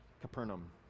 Capernaum